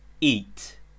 Eat